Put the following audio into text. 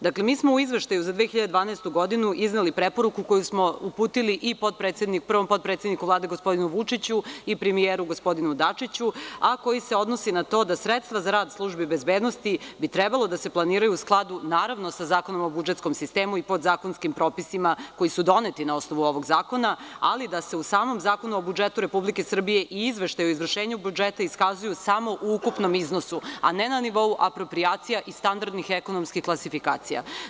Dakle, mi smo u izveštaju za 2012. godinu izneli preporuku koju smo uputili prvom potpredsedniku Vlade gospodinu Vučiću i premijeru gospodinu Dačiću, a koji se odnosi na to da sredstva za rad Službe bezbednosti bi trebalo da se planiraju u skladu, naravno, sa Zakonom o budžetskom sistemu i podzakonskim propisima koji su doneti na osnovu ovog zakona, ali da se u samom Zakonu o budžetu Republike Srbije i izveštaju izvršenja budžeta iskazuju samo u ukupnom iznosu, a ne na nivou aproprijacija i standardnih ekonomskih klasifikacija.